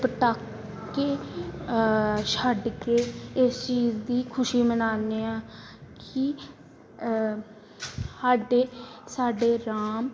ਪਟਾਕੇ ਛੱਡ ਕੇ ਇਸ ਚੀਜ਼ ਦੀ ਖੁਸ਼ੀ ਮਨਾਉਦੇ ਹਾਂ ਕਿ ਸਾਡੇ ਸਾਡੇ ਰਾਮ